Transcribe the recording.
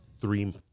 three